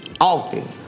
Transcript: often